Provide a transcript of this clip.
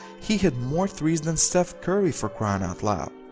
he hit more threes than stephy curry for crying out loud.